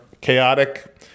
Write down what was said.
chaotic